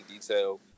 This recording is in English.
detail